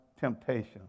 Temptation